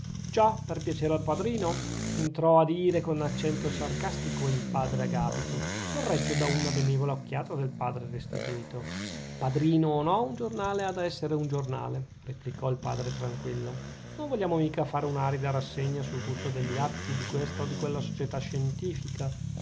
già per piacere al padrino entrò a dire con accento sarcastico il padre agapito sorretto da una benevola occhiata del padre restituto padrino o no un giornale ha da essere un giornale replicò il padre tranquillo non vogliamo mica fare un'arida rassegna sul gusto degli atti di questa o di quella società scientifica